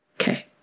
Okay